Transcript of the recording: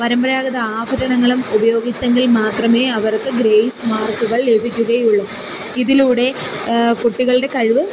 പരമ്പരാഗത ആഭരണങ്ങളും ഉപയോഗിച്ചെങ്കിൽ മാത്രമേ അവർക്ക് ഗ്രേസ് മാർക്കുകൾ ലഭിക്കുകയുള്ളു ഇതിലൂടെ കുട്ടികളുടെ കഴിവ്